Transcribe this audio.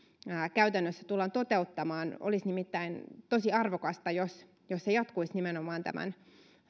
käytännössä tullaan toteuttamaan olisi nimittäin tosi arvokasta jos työ jatkuisi nimenomaan tämän